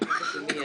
והגוף השני,